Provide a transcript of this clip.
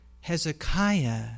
Hezekiah